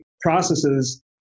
processes